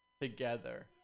together